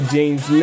James